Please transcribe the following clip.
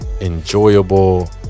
enjoyable